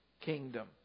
kingdom